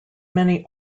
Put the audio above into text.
many